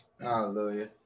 Hallelujah